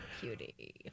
Cutie